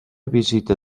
visita